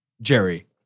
Jerry